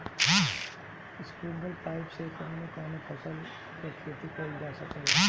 Sprinkler pipe से कवने कवने फसल क खेती कइल जा सकेला?